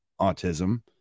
autism